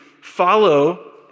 follow